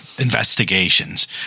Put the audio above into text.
investigations